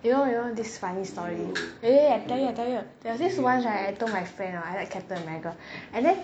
you know you know this funny story really I tell you I tell you there was this once right I told my friend right I like captain america and then